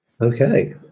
Okay